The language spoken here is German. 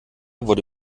wurde